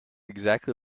exactly